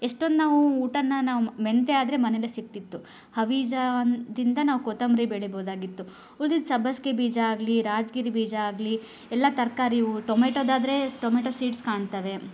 ಎಷ್ಟೊಂದು ನಾವು ಊಟನ ನಾವು ಮೆಂತ್ಯ ಆದರೆ ಮನೇಲೆ ಸಿಗ್ತಿತ್ತು ಹವೀಜ ದಿಂದ ನಾವು ಕೊತ್ತಂಬರಿ ಬೆಳಿಬೋದಾಗಿತ್ತು ಉಳ್ದಿದ್ದ ಸಬ್ಬಸಿಗೆ ಬೀಜ ಆಗಲಿ ರಾಜಗಿರಿ ಬೀಜ ಆಗಲಿ ಎಲ್ಲ ತರಕಾರಿ ಇವು ಟೊಮೆಟೋದಾದರೆ ಟೊಮೆಟೊ ಸೀಡ್ಸ್ ಕಾಣ್ತವೆ